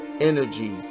energy